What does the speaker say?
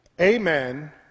amen